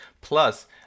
plus